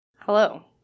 Hello